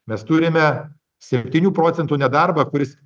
mes turime septynių procentų nedarbą kuris